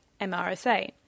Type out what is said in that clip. MRSA